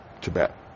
Tibet